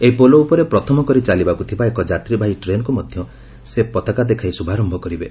ଏହି ପୋଲ ଉପରେ ପ୍ରଥମ କରି ଚାଲିବାକୁ ଥିବା ଏକ ଯାତ୍ରୀବାହୀ ଟ୍ରେନ୍କୁ ମଧ୍ୟ ସେ ପତାକା ଦେଖାଇ ଶୁଭାରମ୍ଭ କରିବେ